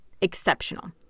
Exceptional